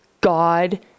God